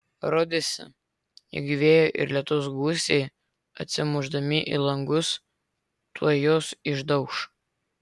rodėsi jog vėjo ir lietaus gūsiai atsimušdami į langus tuoj juos išdauš